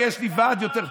כי יש לי ועד יותר,